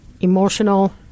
emotional